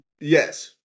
Yes